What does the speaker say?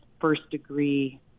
first-degree